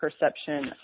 perception